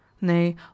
nay